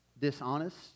dishonest